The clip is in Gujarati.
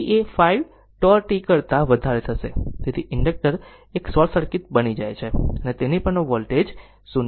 તેથી તે સમયે t એ 5 τ t કરતાં વધારે થશે તેથી ઇન્ડકટર એક શોર્ટ સર્કિટ બની જાય છે અને તેની પરનો વોલ્ટેજ 0 છે